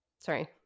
sorry